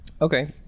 Okay